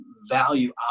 value